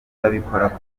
babikora